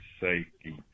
safety